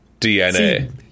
DNA